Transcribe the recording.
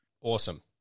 awesome